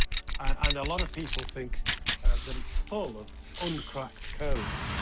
and a lot of people think that it's full of uncracked codes,